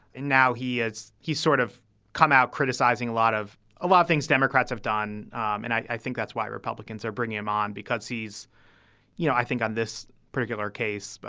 and now he has he's sort of come out criticizing a lot of a lot of things democrats have done. and i think that's why republicans are bringing him on, because he's you know, i think on this particular case,